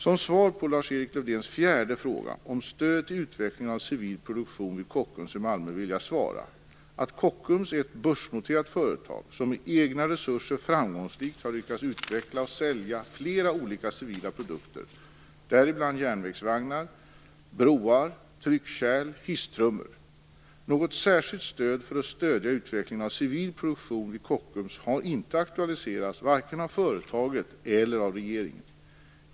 Som svar på Lars-Erik Lövdéns fjärde fråga, om stöd till utvecklingen av civil produktion vid Kockums i Malmö, vill jag svara att Kockums är ett börsnoterat företag som med egna resurser framgångsrikt har lyckats utveckla och sälja flera olika civila produkter, däribland järnvägsvagnar, broar, tryckkärl och hisstrummor. Något särskilt stöd för att stödja utvecklingen av civil produktion vid Kockums har inte aktualiserats vare sig av företaget eller av regeringen.